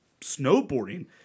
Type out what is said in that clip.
snowboarding